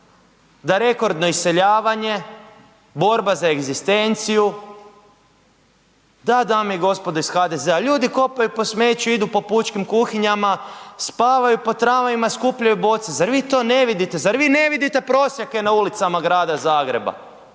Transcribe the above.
da rekordno iseljavanje, borba za egzistenciju. Da dame i gospodo iz HDZ-a ljudi kopaju po smeću, idu po pučkim kuhinjama, spavaju po tramvajima, skupljaju boce. Zar vi to ne vidite? Zar vi ne vidite prosjake na ulicama Grada Zagreba?